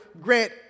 Grant